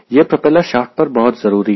यह propeller shaft पर बहुत जरूरी है